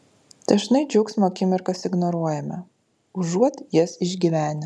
dažnai džiaugsmo akimirkas ignoruojame užuot jas išgyvenę